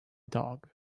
dog